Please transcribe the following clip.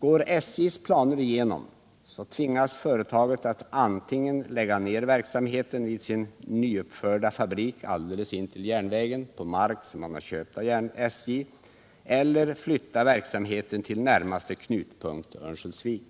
Går SJ:s planer igenom tvingas företaget att antingen lägga ner verksamheten vid sin nyuppförda fabrik alldeles intill järnvägen, på mark man har köpt av SJ, eller flytta verksamheten till närmaste knutpunkt, Örnsköldsvik.